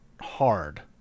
hard